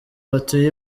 batuye